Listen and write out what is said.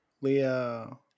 Leo